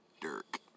Dirk